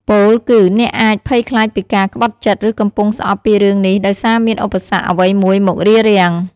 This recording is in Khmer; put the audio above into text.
ពោលគឺ អ្នកអាច ភ័យខ្លាចពីការក្បត់ចិត្តឬកំពុងស្អប់ពីរឿងនេះដោយសារមានឧបសគ្គ អ្វីមួយមករារាំង។